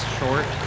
short